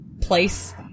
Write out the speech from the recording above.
place